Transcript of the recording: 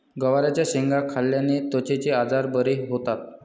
गवारच्या शेंगा खाल्ल्याने त्वचेचे आजार बरे होतात